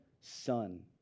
son